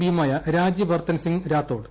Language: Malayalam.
പിയുമായ രാജൃവർദ്ധൻ സിംഗ് രാത്തോഡ്